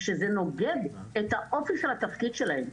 שזה נוגד את האופי של התפקיד שלהם.